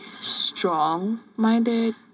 strong-minded